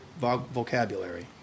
vocabulary